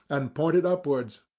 and pointed upwards.